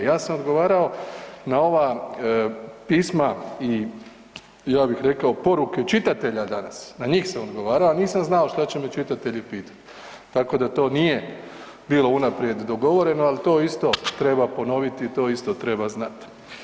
Ja sam odgovarao na ova pisma i ja bih rekao poruke čitatelja danas, na njih sam odgovarao, a nisam znao šta će me čitatelji pitati, tako da to nije bilo unaprijed dogovoreno, al to isto treba ponoviti i to isto treba znat.